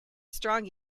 strong